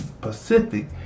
Pacific